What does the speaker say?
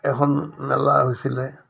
এখন মেলা হৈছিলে